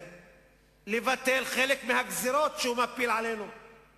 יש פקק אחד גדול כדי לצאת מאום-אל-פחם או